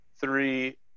three